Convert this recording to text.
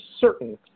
certain